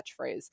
catchphrase